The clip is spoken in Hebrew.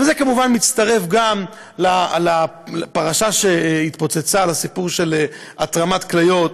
וזה כמובן מצטרף גם לפרשה שהתפוצצה על הסיפור של התרמת כליות.